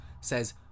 says